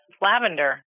lavender